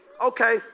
Okay